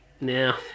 now